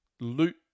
loot